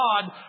God